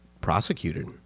prosecuted